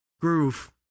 Groove